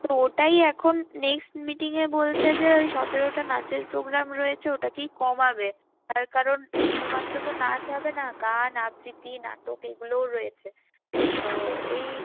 তো ওটাই এখন নেক্সট মিটিংয়ে বলছে যে ওই সতেরটা নাচের প্রোগ্রাম রয়েছে ওটাকেই কমাবে তার কারণ শুধুমাত্র তো নাচ হবে না গান আবৃত্তি নাটক এগুলোও রয়েছে তো এই